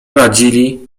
radzili